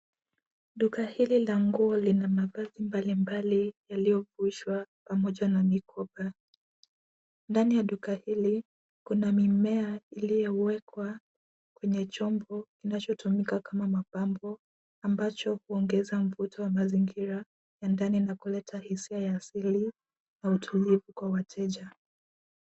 Duka hili la nguo lina mavazi mbalimbali yaliyohushwa pamoja mna mikoba. Ndani ya duka hili kuna mimea iliyowekwa kwenye chombo kinachotumika kama mapambo ambacho huongeza mvuto wa mazingira ya ndani na kuleta hisia ya asili na utulivu kwa wateja.